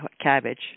Cabbage